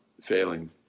failing